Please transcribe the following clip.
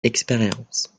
expérience